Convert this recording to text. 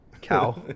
cow